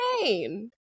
insane